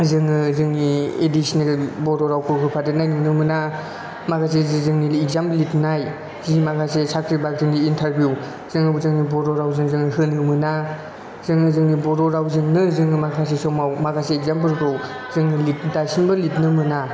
जोङो जोंनि एदिसनेल बर' रावखौ होफादेरनाय नुनो मोना माखासे जोंनि इखजाम लिरनाय जि माखासे साख्रि बाख्रिनि इनथारबिउ जों जोंनि बर' रावजों जों होनो मोना जोङो जोंनि बर' रावजोंनो जोङो माखासे समाव माखासे इखजामफोरखौ जों लिर दासिमबो लिरनो मोना